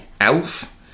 Elf